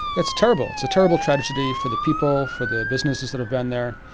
it's terrible, it's a terrible tragedy for the people, for the businesses that have been there.